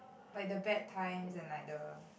like the bad times and like the